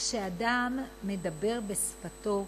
כשאדם מדבר בשפתו,